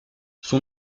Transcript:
son